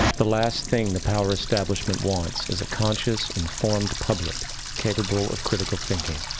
the last thing the power stablishment wants is a conscious informed public capable of critical thinking.